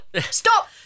Stop